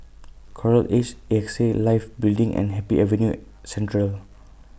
Coral Edge A X A Life Building and Happy Avenue Central